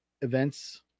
events